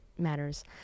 matters